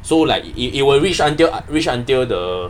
so like it it will reach until I reach until the